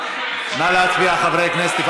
נא להצביע, חברי כנסת.